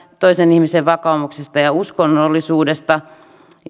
toisen ihmisen vakaumuksesta ja uskonnollisuudesta